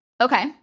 Okay